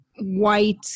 white